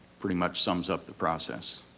pretty much sums up the process.